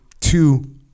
two